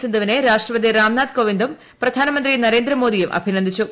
സിന്ധുവിനെ രാഷ്ട്രപതി റാംനാഥ് കോവിന്ദും പ്രധാനമന്ത്രി നരേന്ദ്രമോദിയും അഭിനന്ദിച്ചു